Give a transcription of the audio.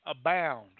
abound